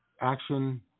action